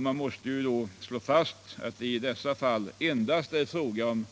Man måste då slå fast att det i dessa fall endast är fråga om